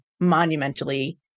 monumentally